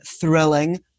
thrilling